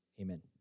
Amen